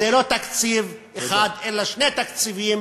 זה לא תקציב אחד אלא שני תקציבים,